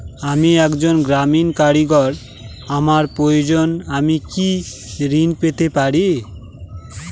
আমি একজন গ্রামীণ কারিগর আমার প্রয়োজনৃ আমি কি ঋণ পেতে পারি?